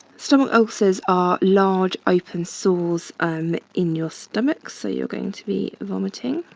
stomach ulcers are large open sores in your stomach so you're going to be vomiting.